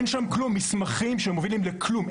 מסמכים שמובילים לכלום.